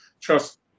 trust